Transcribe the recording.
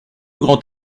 grand